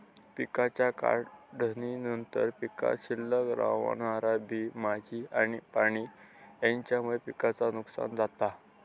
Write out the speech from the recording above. पिकाच्या काढणीनंतर पीकात शिल्लक रवणारा बी, भाजी आणि पाणी हेच्यामुळे पिकाचा नुकसान जाता